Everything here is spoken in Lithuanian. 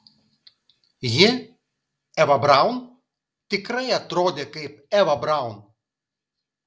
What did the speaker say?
ji eva braun tikrai atrodė kaip eva braun